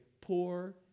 poor